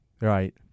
Right